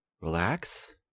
relax